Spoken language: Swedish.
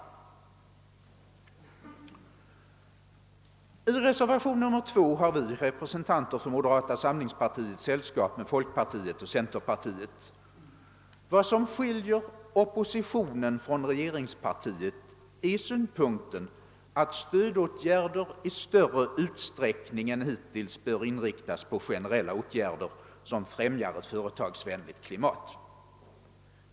I reservationen 2 har vi, som representerar moderata samlingspartiet, sällskap med folkpartiets och centerpartiets representanter. Vad som skiljer oppositionen från regeringspartiet är synpunkten att stödet i större utsträckning än hittills bör inriktas på generella åtgärder som främjar ett företagsvänligt klimat.